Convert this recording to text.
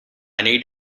need